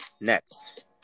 next